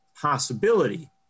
possibility